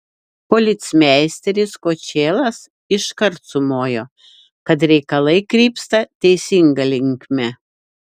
policmeisteris kočėlas iškart sumojo kad reikalai krypsta teisinga linkme